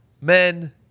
men